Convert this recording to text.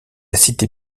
cité